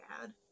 bad